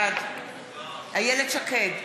בעד איילת שקד,